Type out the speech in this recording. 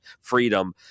freedom